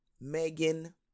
Megan